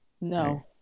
no